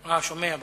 אה, שומע בנייד.